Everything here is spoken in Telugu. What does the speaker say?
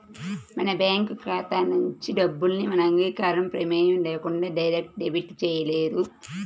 మన బ్యేంకు ఖాతా నుంచి డబ్బుని మన అంగీకారం, ప్రమేయం లేకుండా డైరెక్ట్ డెబిట్ చేయలేరు